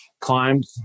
climbed